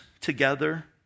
together